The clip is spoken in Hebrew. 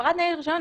הפרת תנאי רישיון,